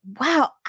Wow